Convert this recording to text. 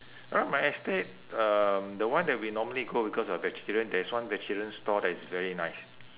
around my estate um the one that we normally go because we're vegetarian there is one vegetarian stall that is very nice